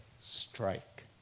strike